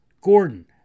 Gordon